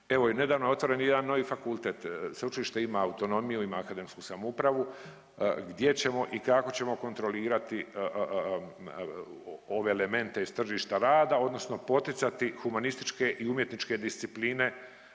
Evo i nedavno je otvoren jedan novi fakultet. Sveučilište ima autonomiju, ima akademsku samoupravu gdje ćemo i kako ćemo kontrolirati ove elemente iz tržišta rada odnosno poticati humanističke i umjetničke discipline